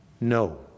no